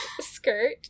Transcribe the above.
skirt